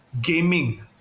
gaming